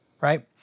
right